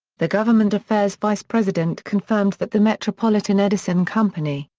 the government affairs vice president confirmed that the metropolitan edison company,